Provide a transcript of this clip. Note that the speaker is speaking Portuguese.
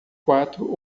quatro